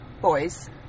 boys